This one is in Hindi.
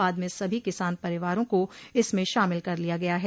बाद में सभी किसान परिवारों को इसमें शामिल कर लिया गया है